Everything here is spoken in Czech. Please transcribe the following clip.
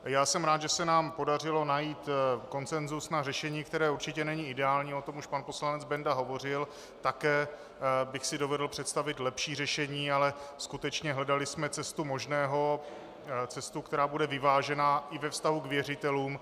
Já jsem rád, že se nám podařilo najít konsenzus na řešení, které určitě není ideální, o tom už pan poslanec Benda hovořil, také bych si dovedl představit lepší řešení, ale skutečně jsme hledali cestu možného, cestu, která bude vyvážená i ve vztahu k věřitelům.